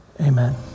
Amen